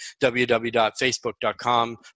www.facebook.com